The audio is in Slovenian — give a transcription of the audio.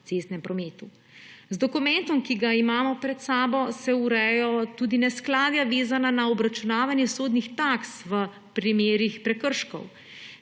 cestnem prometu. Z dokumentom, ki ga imamo pred seboj, se urejajo tudi neskladja, vezana na obračunavanje sodnih taks v primerih prekrškov.